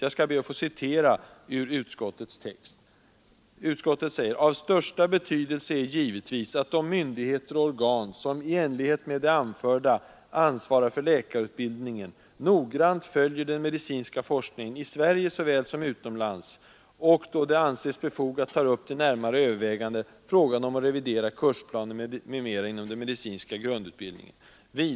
Jag ber att få citera ur utskottets text: ”Av största betydelse är givetvis att de myndigheter och organ, som i enlighet med det anförda ansvarar för läkarutbildningen, noggrant följer den medicinska forskningen i Sverige såväl som i utlandet och då det anses befogat tar upp till närmare övervägande frågan om att revidera kursplaner m.m. inom den medicinska grundutbildningen.